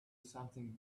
something